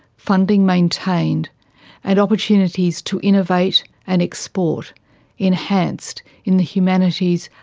funding maintained and opportunities to innovate and export enhanced in the humanities,